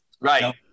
right